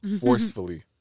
Forcefully